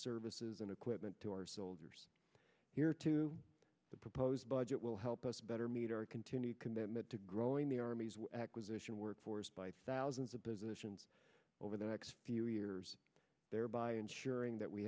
services and equipment to our soldiers here to the proposed budget will help us better meet our continued commitment to growing the army's acquisition workforce by thousands of positions over the next few years thereby ensuring that we